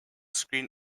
screen